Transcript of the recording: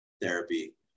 therapy